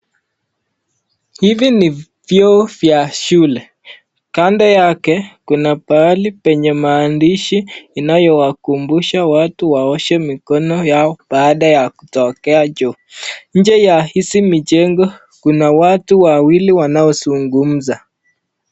Hivi ni vyoo vya shule, kando yake kuna pahali penye maandishi inayowakumbusha watu waoshe mikono yao baada ya kutokea choo. Nje ya hizi mijengo kuna watu wawili wanaozungumza.